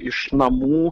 iš namų